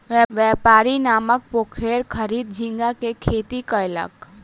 व्यापारी गामक पोखैर खरीद झींगा के खेती कयलक